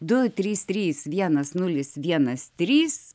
du trys trys vienas nulis vienas trys